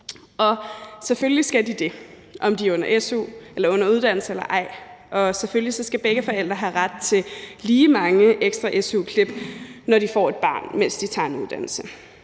su. Selvfølgelig skal de være ligestillede, hvad enten de er under uddannelse eller ej, og selvfølgelig skal begge forældre have ret til lige mange ekstra su-klip, når de får et barn, mens de tager en uddannelse.